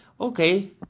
Okay